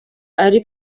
ari